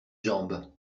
jambe